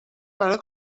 برات